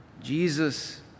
Jesus